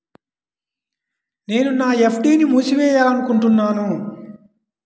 నేను నా ఎఫ్.డీ ని మూసివేయాలనుకుంటున్నాను